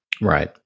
Right